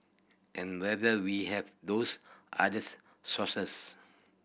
and whether we have those others sources